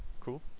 Cool